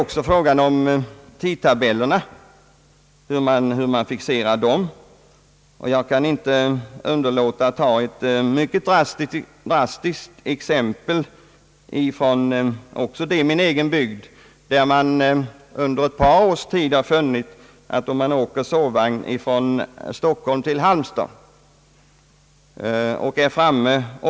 Frågan gäller också hur man fixerar tidtabellerna. Jag kan inte underlåta att ta ett mycket drastiskt exempel, också från min egen bygd. Man har där under ett par års tid funnit att om man åker sovvagn från Stockholm till Halmstad och är framme kl.